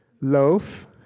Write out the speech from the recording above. loaf